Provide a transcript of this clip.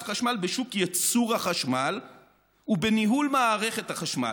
החשמל בשוק ייצור החשמל ובניהול מערכת החשמל,